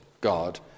God